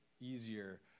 easier